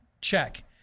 Check